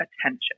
attention